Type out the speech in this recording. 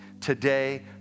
today